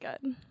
good